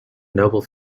noble